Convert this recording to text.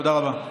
תודה רבה.